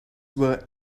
were